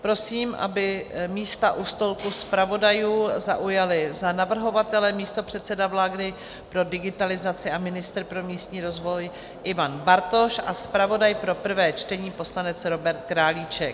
Prosím, aby místa u stolku zpravodajů zaujali za navrhovatele místopředseda vlády pro digitalizaci a ministr pro místní rozvoj Ivan Bartoš a zpravodaj pro prvé čtení, poslanec Robert Králíček.